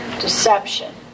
Deception